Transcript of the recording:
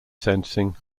sensing